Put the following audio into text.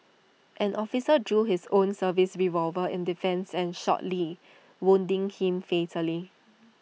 an officer drew his own service revolver in defence and shot lee wounding him fatally